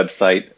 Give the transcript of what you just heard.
website